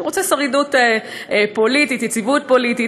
הוא רוצה שרידות פוליטית, יציבות פוליטית.